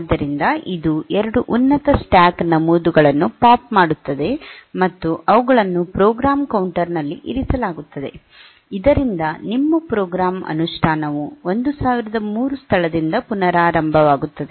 ಆದ್ದರಿಂದ ಅದು 2 ಉನ್ನತ ಸ್ಟ್ಯಾಕ್ ನಮೂದುಗಳನ್ನು ಪಾಪ್ ಮಾಡುತ್ತದೆ ಮತ್ತು ಅವುಗಳನ್ನು ಪ್ರೋಗ್ರಾಂ ಕೌಂಟರ್ ನಲ್ಲಿ ಇರಿಸಲಾಗುತ್ತದೆ ಇದರಿಂದ ನಿಮ್ಮ ಪ್ರೋಗ್ರಾಂನ ಅನುಷ್ಠಾನವು 1003 ಸ್ಥಳದಿಂದ ಪುನರಾರಂಭವಾಗುತ್ತದೆ